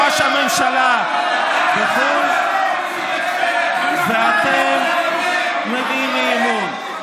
ראש הממשלה בחו"ל, ואתם מביאים אי-אמון.